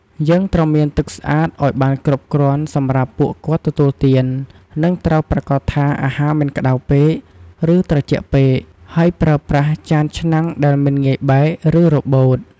យើងត្រូវមានទឹកស្អាតឲ្យបានគ្រប់គ្រាន់សម្រាប់ពួកគាត់ទទួលទាន និងត្រូវប្រាកដថាអាហារមិនក្តៅពេក ឬត្រជាក់ពេក ហើយប្រើប្រាស់ចានឆ្នាំងដែលមិនងាយបែក ឬរបូត។